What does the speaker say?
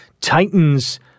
titans